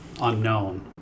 unknown